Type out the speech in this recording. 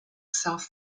south